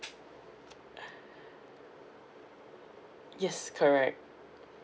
yes correct